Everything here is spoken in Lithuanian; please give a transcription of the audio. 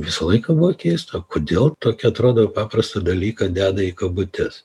visą laiką buvo keista kodėl tokį atrodo paprastą dalyką deda į kabutes